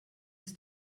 ist